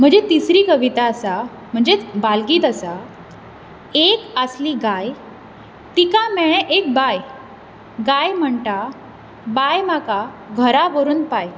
म्हजी तिसरी कविता आसा म्हणजेच बालगीत आसा एक आसली गाय तिका मेळ्ळें एक बाय गाय म्हणटा बाय म्हाका घरा व्हरून पाय